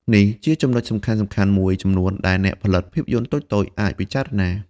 នេះជាចំណុចសំខាន់ៗមួយចំនួនដែលអ្នកផលិតភាពយន្តតូចៗអាចពិចារណា។